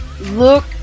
look